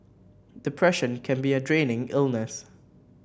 depression can be a draining illness